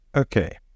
Okay